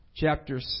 Chapter